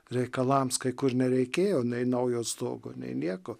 reikalams kai kur nereikėjo nei naujo stogo nei nieko